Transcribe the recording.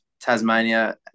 Tasmania